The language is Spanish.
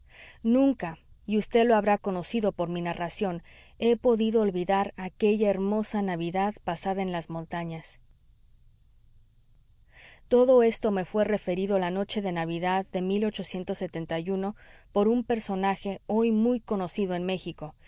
nunca y vd lo habrá conocido por mi narración he podido olvidar aquella hermosa navidad pasada en las montañas todo esto me fué referido la noche de navidad de por un personaje hoy muy conocido en méxico